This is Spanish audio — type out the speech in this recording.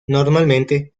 normalmente